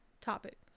topic